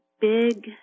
big